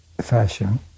fashion